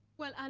well, and